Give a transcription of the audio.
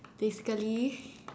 basically